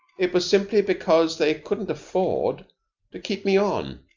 it was simply because they couldn't afford to keep me on.